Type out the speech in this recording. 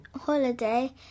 holiday